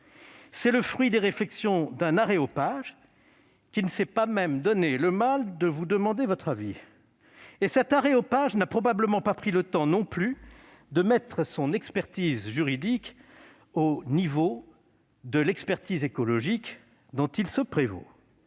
est le fruit des réflexions d'un aréopage qui ne s'est pas même donné la peine de vous demander votre avis. Cet aréopage n'a probablement pas pris le temps, non plus, de mettre son expertise juridique au niveau de l'expertise écologique dont il se prévaut.